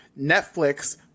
Netflix